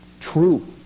true